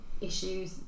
issues